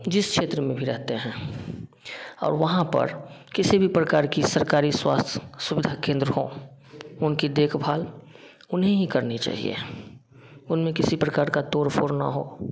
जिस क्षेत्र में भी रहते हैं और वहाँ पर किसी भी प्रकार की सरकारी स्वास्थ्य सुविधा केंद्र हों उनकी देखभाल उन्हें ही करनी चाहिए उनमें किसी प्रकार का तोड़ फोड़ ना हो